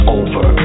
over